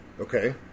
Okay